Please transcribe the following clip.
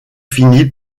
finit